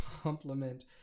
compliment